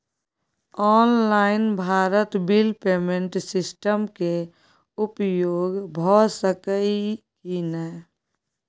Online Bharat bill payment system के उपयोग भ सके इ की नय?